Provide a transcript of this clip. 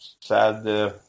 sad